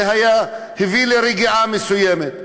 זה הביא לרגיעה מסוימת.